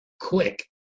quick